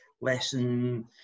lesson